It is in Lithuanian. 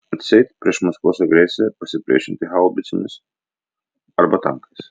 atseit prieš maskvos agresiją pasipriešinti haubicomis arba tankais